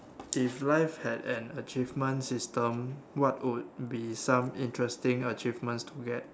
if life had an achievement system what would be some interesting achievements to get